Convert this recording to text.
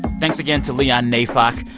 thanks again to leon neyfakh.